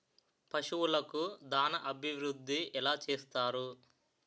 పశువులకు దాన అభివృద్ధి ఎలా చేస్తారు?